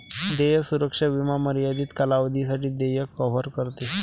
देय सुरक्षा विमा मर्यादित कालावधीसाठी देय कव्हर करते